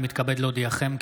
אני מתכבד להודיעכם,